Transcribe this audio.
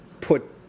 put